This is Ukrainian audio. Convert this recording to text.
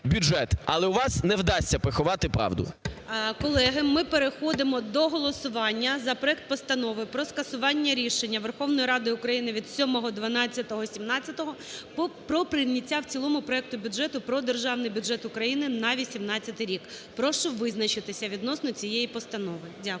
Але у вас не вдасться приховати правду.